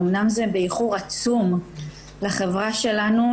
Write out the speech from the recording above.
אמנם זה באיחור עצום לחברה שלנו,